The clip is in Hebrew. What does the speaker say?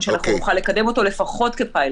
שאנחנו נוכל לקדם אותו לפחות כפיילוט.